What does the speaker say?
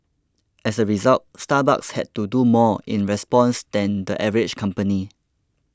as a result Starbucks had to do more in response than the average company